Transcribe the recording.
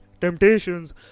temptations